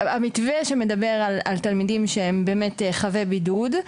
המתווה שמדבר על תלמידים שהם באמת חבי בידוד,